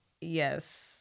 Yes